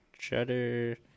cheddar